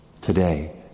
today